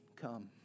come